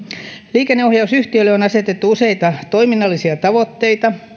liikenneohjausyhtiölle on asetettu useita toiminnallisia tavoitteita